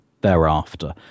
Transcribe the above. thereafter